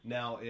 now